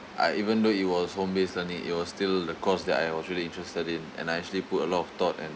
uh even though it was home based learning it was still the course that I was really interested in and I actually put a lot of thought and